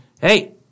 hey